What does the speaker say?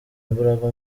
imbaraga